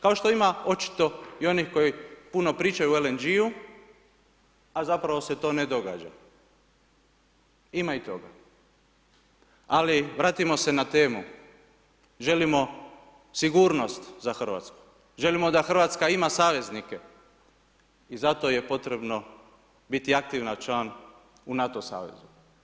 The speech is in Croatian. Kao što ima očito i onih koji puno pričaju o LNG-u a zapravo se to ne događa, ima i toga, ali vratimo se na temu, želimo sigurnost za Hrvatsku, želimo da Hrvatska ima saveznike i zato je potrebno biti aktivan član u NATO savezu.